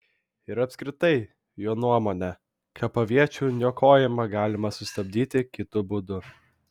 ir apskritai jo nuomone kapaviečių niokojimą galima sustabdyti kitu būdu